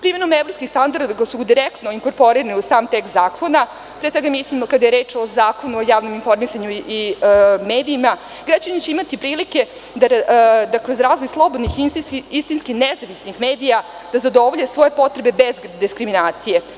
Primenom evropskih standarda koji su direktno inkorporirani u sam tekst zakona, pre svega mislim kada je reč o Zakonu o javnom informisanju i medijima, građani će imati prilike da kroz razvoj slobodnih istinskih nezavisnih medija da zadovolje svoje potrebe bez diskriminacije.